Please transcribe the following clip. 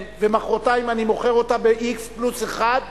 ומחרתיים אני מוכר אותה ב-x פלוס שקל אחד,